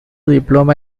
diploma